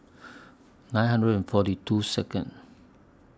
nine hundred and forty two Second